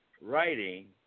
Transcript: writing